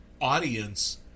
audience